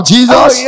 Jesus